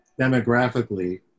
demographically